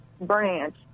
branch